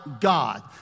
God